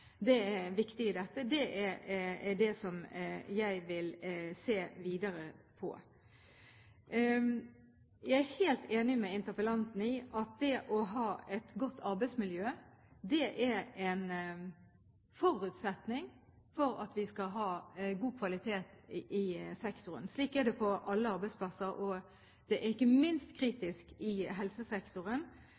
er viktig her. Det er det jeg vil se videre på. Jeg er helt enig med interpellanten i at det å ha et godt arbeidsmiljø er en forutsetning for god kvalitet i sektoren. Slik er det på alle arbeidsplasser. Det er ikke minst kritisk i helsesektoren,